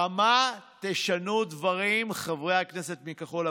בכמה תשנו דברים, חברי הכנסת מכחול לבן,